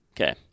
Okay